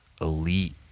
elite